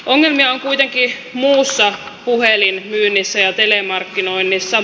ongelmia on kuitenkin muussa puhelinmyynnissä ja telemarkkinoinnissa